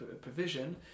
provision